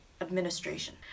administration